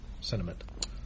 sentiment